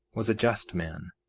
was a just man,